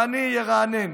ואני ארענן,